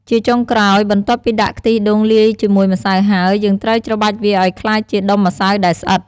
ជាចុងក្រោយ បន្ទាប់ពីដាក់ខ្ទិះដូងលាយជាមួយម្សៅហើយ យើងត្រូវច្របាច់វាឲ្យក្លាយជាដុំម្សៅដែលស្អិត។